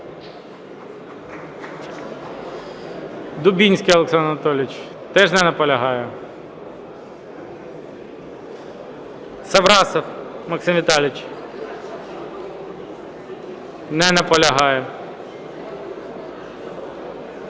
Дубінський Олександр Анатолійович. Теж не наполягає? Саврасов Максим Віталійович. Не наполягає.